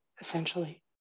essentially